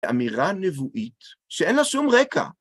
אמירה נבואית שאין לה שום רקע.